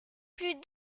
plus